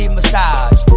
massage